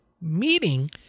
Meeting